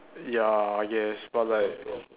ya I guess but like